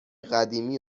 قدیمی